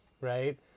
right